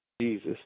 Jesus